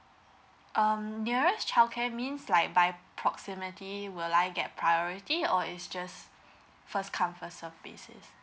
um nearest childcare means like by proximity will I get priority or is just first come first served basis